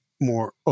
more